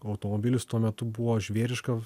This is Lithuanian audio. automobilis tuo metu buvo žvėriška